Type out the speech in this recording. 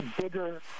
bigger